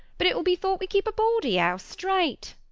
but it will bee thought we keepe a bawdy-house straight.